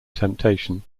temptation